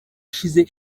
ishize